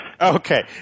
Okay